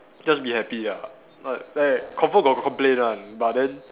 just be happy lah like like confirm got complain one but then